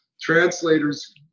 Translators